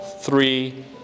three